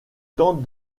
tente